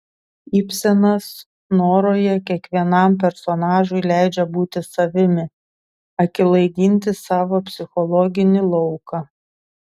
ibsenas noroje kiekvienam personažui leidžia būti savimi akylai ginti savo psichologinį lauką